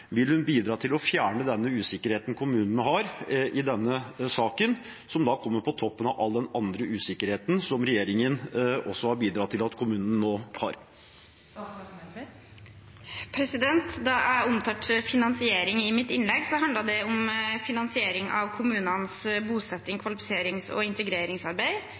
Vil hun bidra til å fjerne den usikkerheten kommunene har i denne saken, som kommer på toppen av all annen usikkerhet som regjeringen også har bidratt til at kommunene nå har? Da jeg omtalte finansiering i mitt innlegg, handlet det om finansiering av kommunenes bosettings-, kvalifiserings- og integreringsarbeid.